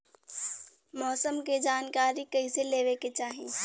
मौसम के जानकारी कईसे लेवे के चाही?